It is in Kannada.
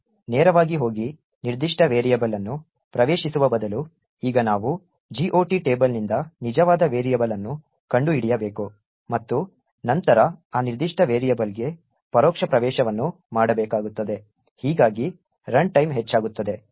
ನೇರವಾಗಿ ಹೋಗಿ ನಿರ್ದಿಷ್ಟ ವೇರಿಯೇಬಲ್ ಅನ್ನು ಪ್ರವೇಶಿಸುವ ಬದಲು ಈಗ ನಾವು GOT ಟೇಬಲ್ನಿಂದ ನಿಜವಾದ ವೇರಿಯೇಬಲ್ ಅನ್ನು ಕಂಡುಹಿಡಿಯಬೇಕು ಮತ್ತು ನಂತರ ಆ ನಿರ್ದಿಷ್ಟ ವೇರಿಯೇಬಲ್ಗೆ ಪರೋಕ್ಷ ಪ್ರವೇಶವನ್ನು ಮಾಡಬೇಕಾಗುತ್ತದೆ ಹೀಗಾಗಿ ರನ್ಟೈಮ್ ಹೆಚ್ಚಾಗುತ್ತದೆ